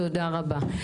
תודה רבה.